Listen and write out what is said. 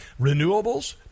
renewables